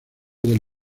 del